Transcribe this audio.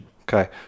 Okay